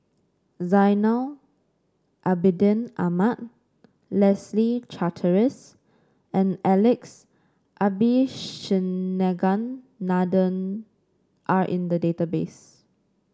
Zainal Abidin Ahmad Leslie Charteris and Alex Abisheganaden are in the database